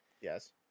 Yes